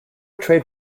trade